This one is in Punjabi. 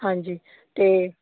ਹਾਂਜੀ ਅਤੇ